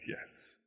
yes